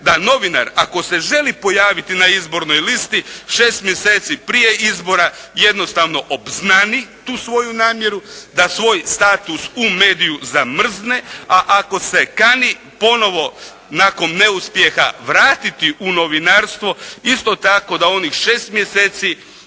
da novinar ako se želi pojaviti na izbornoj listi šest mjeseci prije izbora jednostavno obznani tu svoju namjeru, da svoj status u mediju zamrze. A ako se kani ponovo nakon neuspjeha vratiti u novinarstvo isto tako da onih šest mjeseca